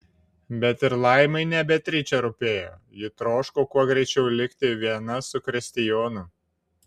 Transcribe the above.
bet ir laimai ne beatričė rūpėjo ji troško kuo greičiau likti viena su kristijonu